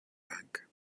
bank